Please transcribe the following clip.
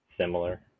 similar